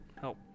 Help